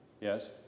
Yes